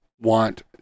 want